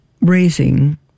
raising